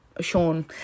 Sean